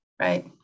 right